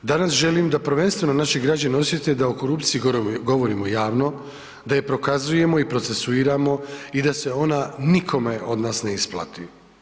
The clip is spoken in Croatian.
Danas želim da prvenstveno, naši građani osjete da o korupciji govorimo javno, da je prokazujemo i procesuiramo i da se ona nikome od nas ne isplati.